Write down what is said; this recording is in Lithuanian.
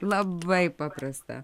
labai paprasta